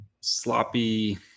sloppy